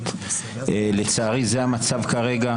זה כל מה שביקשתי ואמרת לא.